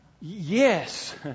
Yes